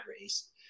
race